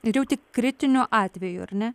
ir jau tik kritiniu atveju ar ne